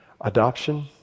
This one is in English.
adoption